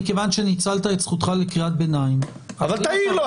מכיוון שניצלת את זכותך לקריאת ביניים --- תעיר לו.